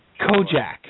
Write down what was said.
Kojak